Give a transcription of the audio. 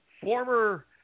former